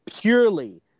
purely